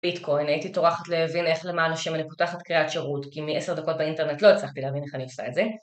ביטקוין. הייתי טורחת להבין איך למען השם אני פותחת קריאת שירות כי מ-10 דקות באינטרנט לא הצלחתי להבין איך אני עושה את זה.